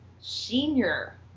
Senior